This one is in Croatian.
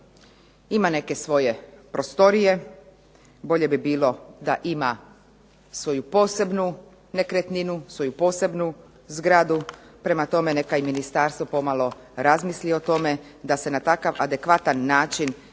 ima neke svoje prostorije, bolje bi bilo da ima svoju posebnu nekretninu, svoju posebnu zgradu, prema tome i ministarstvo pomalo razmisli o tome da se na takav adekvatan način dade